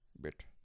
bit